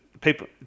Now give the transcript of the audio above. People